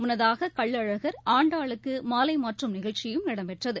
முன்னதாககள்ளழகா் ஆண்டாளுக்குமாலைமாற்றும் நிகழ்ச்சியும் இடம் பெற்றது